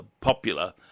popular